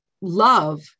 love